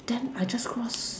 then I just cross